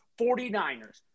49ers